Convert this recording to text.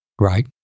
Right